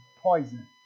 poison